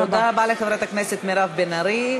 תודה רבה לחברת הכנסת מירב בן ארי.